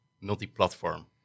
multi-platform